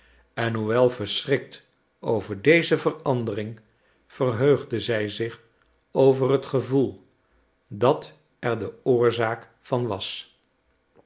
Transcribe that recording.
en hoewel verschrikt over deze verandering verheugde zij zich over het gevoel dat er de oorzaak van was